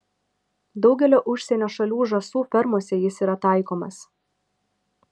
daugelio užsienio šalių žąsų fermose jis yra taikomas